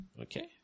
Okay